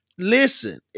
Listen